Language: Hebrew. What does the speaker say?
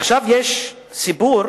עכשיו, יש סיפור,